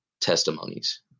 testimonies